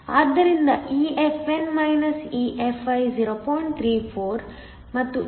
ಆದ್ದರಿಂದ EFn EFi 0